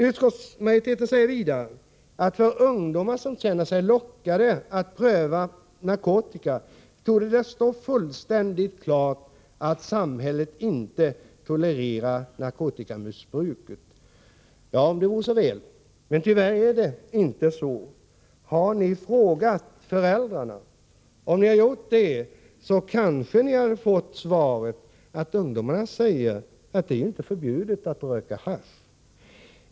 Utskottsmajoriteten säger vidare: ”För ungdomar som känner sig lockade att pröva narkotika torde det stå fullständigt klart att samhället inte tolererar narkotikamissbruket”. Om det vore så väl, men tyvärr är det inte så. Har ni frågat föräldrarna? Om ni gjort det kanske ni hade fått svaret att ungdomarna säger att det inte är förbjudet att röka hasch.